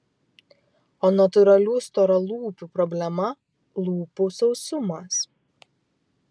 o natūralių storalūpių problema lūpų sausumas